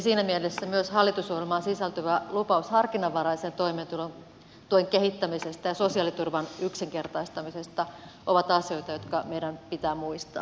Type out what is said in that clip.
siinä mielessä myös hallitusohjelmaan sisältyvä lupaus harkinnanvaraisen toimeentulotuen kehittämisestä ja sosiaaliturvan yksinkertaistamisesta ovat asioita jotka meidän pitää muistaa